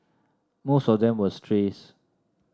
most of them were strays